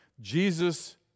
Jesus